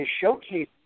showcase